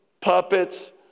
puppets